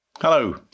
Hello